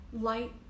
light